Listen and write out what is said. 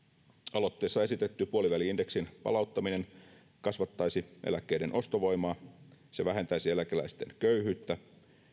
aloitteessa esitetty puoliväli indeksin palauttaminen kasvattaisi eläkkeiden ostovoimaa se vähentäisi eläkeläisten köyhyyttä